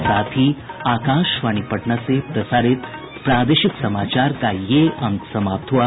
इसके साथ ही आकाशवाणी पटना से प्रसारित प्रादेशिक समाचार का ये अंक समाप्त हुआ